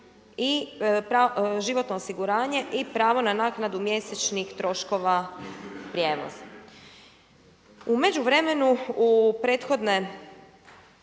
i životno osiguranje i pravo na naknadu mjesečnih troškova prijevoza. U međuvremenu u prethodne